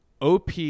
OP